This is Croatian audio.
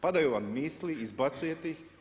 Padaju vam misli, izbacujete ih.